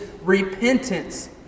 repentance